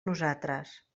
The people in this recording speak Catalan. nosaltres